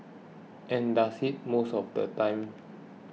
and does it most of the time